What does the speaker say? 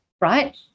right